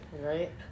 Right